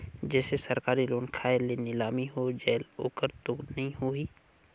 जैसे सरकारी लोन खाय मे नीलामी हो जायेल ओकर तो नइ होही?